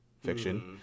fiction